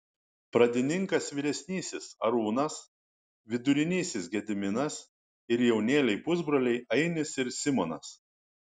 pradininkas vyresnysis arūnas vidurinysis gediminas ir jaunėliai pusbroliai ainis ir simonas